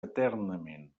eternament